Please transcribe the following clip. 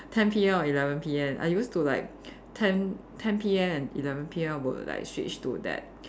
ten P_M or eleven P_M I used to like ten ten P_M and eleven P_M I would like switch to that